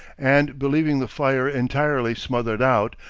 and believing the fire entirely smothered out,